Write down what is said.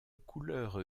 couleur